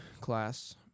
Class